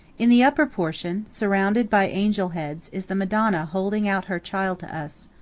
in the upper portion, surrounded by angel heads, is the madonna holding out her child to us.